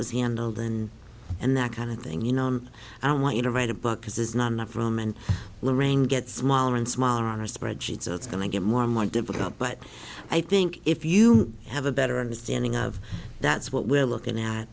was handled and and that kind of thing you know i don't want you to write a book because there's not enough room and lorraine gets smaller and smaller on a spreadsheet so it's going to get more and more difficult but i think if you have a better understanding of that's what we're looking at